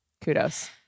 Kudos